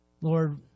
Lord